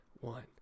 one